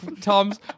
Toms